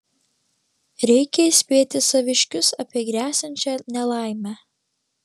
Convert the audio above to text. reikia įspėti saviškius apie gresiančią nelaimę